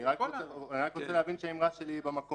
אני רק רוצה להבין שהאמירה שלי במקום.